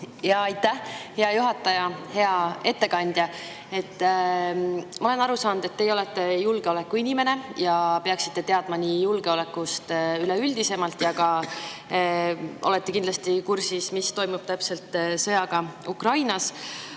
Aitäh, hea juhataja! Hea ettekandja! Ma olen aru saanud, et teie olete julgeolekuinimene ja peaksite teadma julgeolekust üleüldisemalt ning olete ka kindlasti kursis, mis toimub täpselt sõjaga Ukrainas.